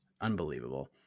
Unbelievable